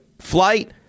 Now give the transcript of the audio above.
flight